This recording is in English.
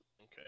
okay